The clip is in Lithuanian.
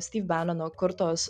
styv benono kurtos